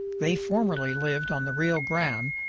they formerly lived on the rio grande,